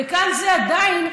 וכאן זה עדיין,